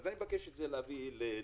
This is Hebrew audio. אני מבקש להביא את זה